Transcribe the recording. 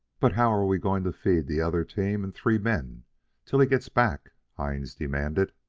but how are we going to feed the other team and three men till he gets back? hines demanded.